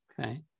Okay